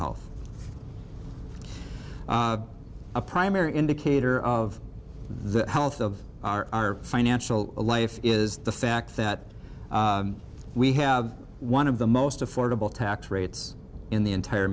health a primary indicator of the health of our financial life is the fact that we have one of the most affordable tax rates in the entire